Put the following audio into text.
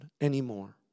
anymore